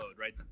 right